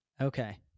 Okay